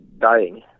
dying